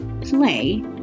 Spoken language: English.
play